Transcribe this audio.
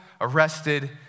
arrested